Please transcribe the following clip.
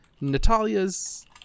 Natalia's